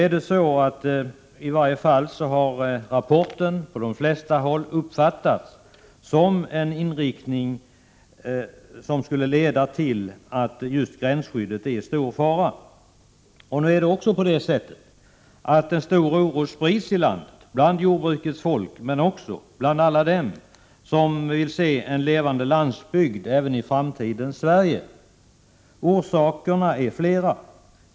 Rapporten har på de flesta håll uppfattats så, att den har en inriktning som skulle leda till att just gränsskyddet är i stor fara. En stark oro sprids också i landet bland jordbrukets folk men också bland alla dem som vill se en levande landsbygd även i framtidens Sverige. Orsakerna till denna oro är flera.